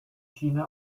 schiene